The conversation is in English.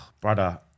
Brother